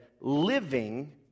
living